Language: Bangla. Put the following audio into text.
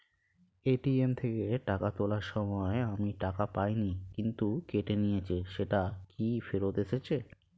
এ.টি.এম থেকে টাকা তোলার সময় আমি টাকা পাইনি কিন্তু কেটে নিয়েছে সেটা কি ফেরত এসেছে?